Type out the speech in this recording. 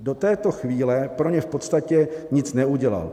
Do této chvíle pro ně v podstatě nic neudělal.